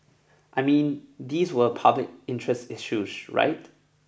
I mean these were public interest issues right